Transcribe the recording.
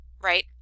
right